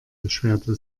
beschwerte